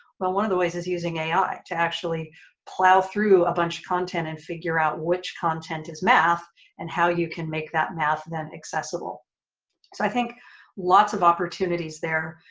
well one of the ways is using ai to actually plow through a bunch of content and figure out which content is math and how you can make that math then accessible. so i think lots of opportunities there.